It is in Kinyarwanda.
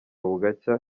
bugacya